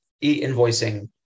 e-invoicing